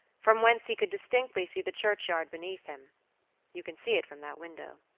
from whence he could distinctly see the churchyard beneath him you can see it from that window.